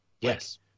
Yes